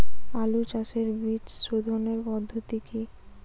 আলু চাষের বীজ সোধনের পদ্ধতি কি?